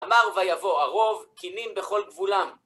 אמר ויבוא הרוב, כנין בכל גבולם.